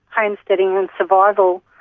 homesteading and survival,